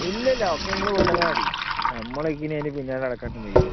ഇല്ലില്ല ഒക്കെ നിങ്ങൾ കൊണ്ടുവന്നാൽ മതി നമ്മളെങ്ങനെയെങ്കിലും പിന്നെ നടക്കാനൊന്നും വയ്യ